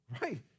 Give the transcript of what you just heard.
Right